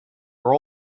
were